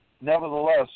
Nevertheless